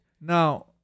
now